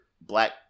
black